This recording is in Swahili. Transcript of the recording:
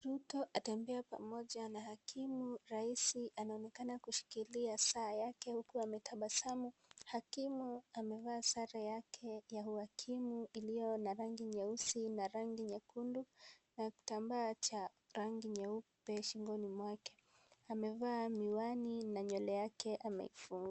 Ruto atembea pamoja na hakimu. Raisi anaonekana kushikilia saa yake huku ametahasamu. Hakimu amevaa sare yake ya uakimu iliyo na rangi nyeusi na rangi nyekundu na kitambaa cha rangi nyeupe shingoni mwake. Amevaa miwani na nywele yake amefunga.